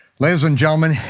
ladies and gentlemen,